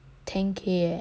from one eh